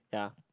ya